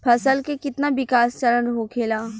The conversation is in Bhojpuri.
फसल के कितना विकास चरण होखेला?